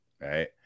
right